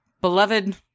beloved